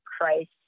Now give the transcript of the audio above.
Christ